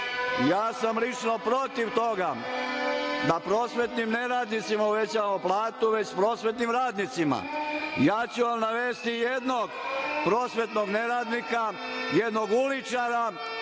Ja sam lično protiv toga da prosvetnim neradnicima uvećamo platu, već prosvetnim radnicima. Navešću vam jednog prosvetnog neradnika, jednog uličara,